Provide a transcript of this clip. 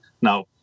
Now